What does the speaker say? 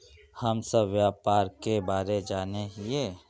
हम सब व्यापार के बारे जाने हिये?